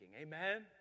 Amen